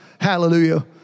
Hallelujah